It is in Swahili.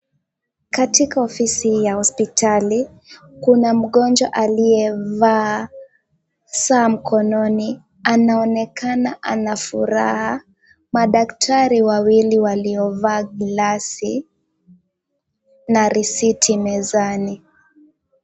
Katika ofisi ya hospitali kuna mgonjwa aliyevaa saa mkononi. Anaonekana ana furaha. Madaktari wawili waliovaa glasi na risiti mezani.